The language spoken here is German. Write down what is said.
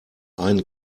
ein